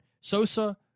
Sosa